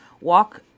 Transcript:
walk